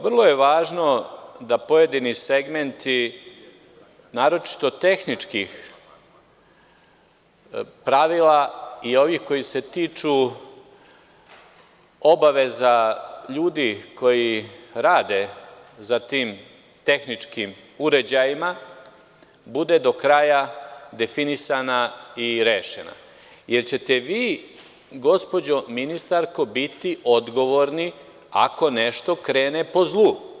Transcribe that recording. Vrlo je važno da pojedini segmenti naročito tehničkih pravila i ovih koji se tiču obaveza ljudi koji rade za tim tehničkim uređajima bude do kraja definisana i rešena jer ćete vi, gospođo ministarko, biti odgovorni ako nešto krene po zlu.